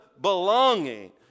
belonging